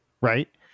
right